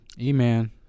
E-man